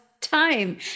time